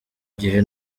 gihe